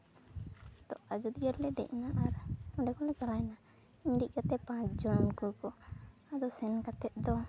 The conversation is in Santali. ᱱᱤᱛᱚᱜ ᱟᱡᱚᱫᱤᱭᱟᱹ ᱨᱮᱞᱮ ᱫᱮᱡ ᱱᱟ ᱟᱨ ᱚᱸᱰᱮ ᱠᱷᱚᱱ ᱞᱮ ᱪᱟᱞᱟᱭᱮᱱᱟ ᱫᱮᱡ ᱠᱟᱛᱮ ᱯᱟᱸᱪ ᱡᱚᱱ ᱩᱱᱠᱩ ᱠᱚ ᱟᱫᱚ ᱥᱮᱱ ᱠᱟᱛᱮ ᱫᱚ